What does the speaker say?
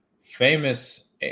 famous